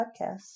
podcasts